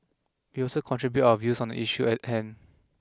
we also contribute our views on the issue at hand